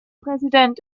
präsident